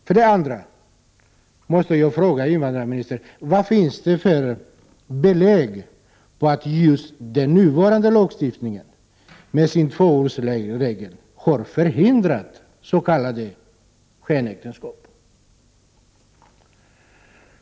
För det andra måste jag fråga invandrarministern: Vad finns det för belägg för att just den nuvarande lagstiftningen, med sin tvåårsregel, har förhindrat skenäktenskap?